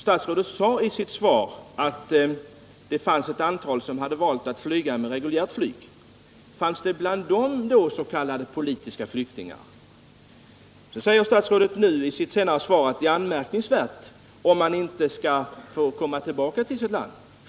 Statsrådet sade i sitt svar att ett antal personer valt att flyga med reguljärt flyg. Fanns det bland dem s.k. politiska flyktingar? Nu säger statsrådet att det är anmärkningsvärt om en flykting inte skall kunna få komma tillbaka till sitt land.